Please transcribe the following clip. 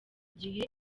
gihe